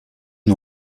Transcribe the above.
une